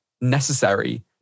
necessary